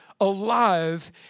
alive